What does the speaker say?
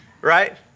Right